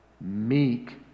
meek